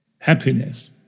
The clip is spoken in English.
Happiness